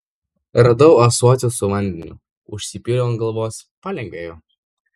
radau ąsotį su vandeniu užsipyliau ant galvos palengvėjo